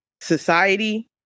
society